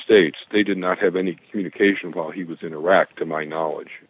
states they did not have any communication while he was in iraq to my knowledge